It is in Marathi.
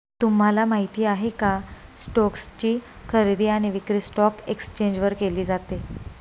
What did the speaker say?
तुम्हाला माहिती आहे का? स्टोक्स ची खरेदी आणि विक्री स्टॉक एक्सचेंज वर केली जाते